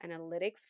analytics